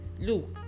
look